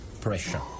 pressure